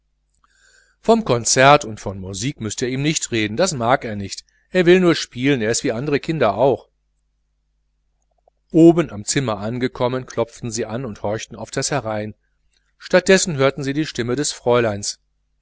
vom konzert und von musik müßt ihr nicht mit ihm reden das mag er nicht er will nur spielen er ist ganz wie andere kinder auch oben am zimmer angekommen klopften sie an und horchten auf das herein statt dessen hörten sie die stimme eines fräuleins